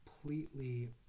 completely